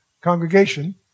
congregation